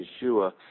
Yeshua